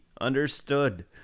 understood